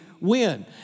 win